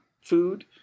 food